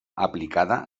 aplicada